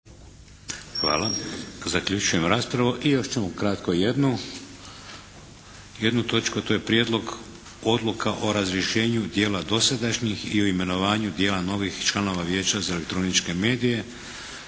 Vladimir (HDZ)** I još ćemo kratko jednu točku. - Prijedlozi odluka o razrješenju dijela dosadašnjih i o imenovanju dijela novih članova Vijeća za elektroničke medije